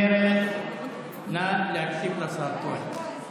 קרן, נא להקשיב לשר כהן.